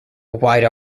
wide